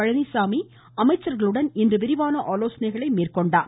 பழனிச்சாமி அமைச்சர்களுடன் இன்று விரிவான ஆலோசனைகளை மேற்கொண்டார்